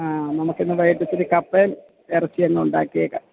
ആ നമുക്കിന്ന് വൈകിട്ടിത്തിരി കപ്പയും ഇറച്ചിയുമങ്ങ് ഉണ്ടാക്കിയേക്കാം